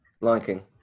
liking